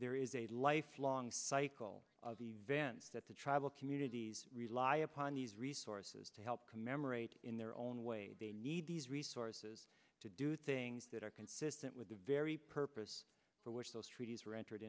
there is a life long cycle of events that the tribal communities rely upon these resources to help commemorate in their own way they need these resources to do things that are consistent with the very purpose for which those treaties were entered